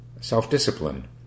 self-discipline